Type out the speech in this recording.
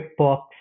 QuickBooks